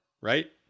right